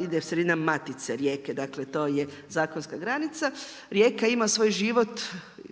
ide sredinom matice rijeke, dakle, to je zakonska granica. Rijeka ima svoju život,